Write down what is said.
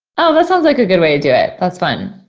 oh, that sounds like a good way to do it. that's fun.